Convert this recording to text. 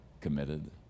committed